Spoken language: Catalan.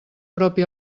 propi